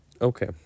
Okay